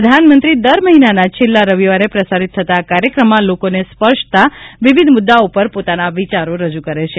પ્રધાનમંત્રી દર મહિનાના છેલ્લા રવિવારે પ્રસારીત થતાં આ કાર્યક્રમમાં લોકોને સ્પર્શતા વિવિધ મુદ્દાઓ ઉપર પોતાના વિચારો રજુ કરે છે